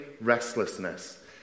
restlessness